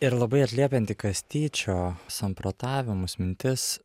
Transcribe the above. ir labai atliepiant į kastyčio samprotavimus mintis